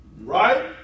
Right